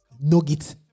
nugget